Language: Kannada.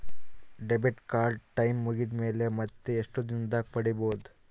ಡೆಬಿಟ್ ಕಾರ್ಡ್ ಟೈಂ ಮುಗಿದ ಮೇಲೆ ಮತ್ತೆ ಎಷ್ಟು ದಿನದಾಗ ಪಡೇಬೋದು?